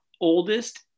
oldest